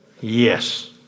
Yes